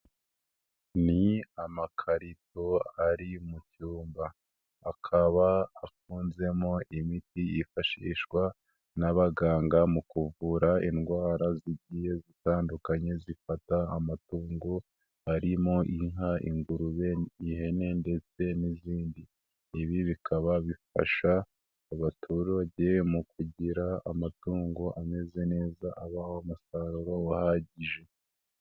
Ni amakarito ari mu cyumba akaba afunzemo imiti yifashishwa n'abaganga mu kuvura indwara zigiye zitandukanye zifata amatungo arimo inka, ingurube, ihene ndetse n'izindi, ibi bikaba bifasha abaturage mu kugira amatungo ameze neza abaha umusaruro uhagije.